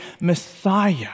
Messiah